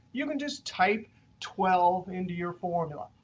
you can just type twelve into your formula.